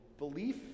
belief